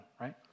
right